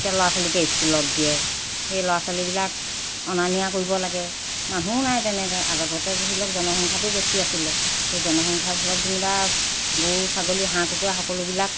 এতিয়া ল'ৰা ছোৱালীকে স্কুলত দিয়ে সেই ল'ৰা ছোৱালীবিলাক অনা নিয়া কৰিব লাগে মানুহো নাই তেনেকৈ আগতে ধৰি লওক জনসংখ্যাটো বেছি আছিলে সেই জনসংখ্যাবোৰত যেনিবা গৰু ছাগলী হাঁহ কুকুৰা সকলোবিলাক